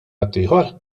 ħaddieħor